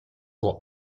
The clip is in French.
pour